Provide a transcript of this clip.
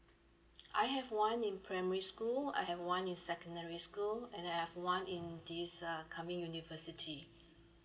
I have one in primary school I have one in secondary school and I have one in this uh coming university